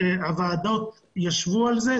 הוועדות ישבו על זה,